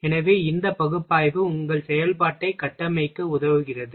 எனவே இந்த பகுப்பாய்வு உங்கள் செயல்பாட்டை கட்டமைக்க உதவுகிறது